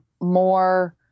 more